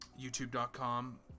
YouTube.com